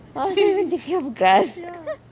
I wasn't even thinking of grass